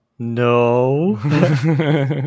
No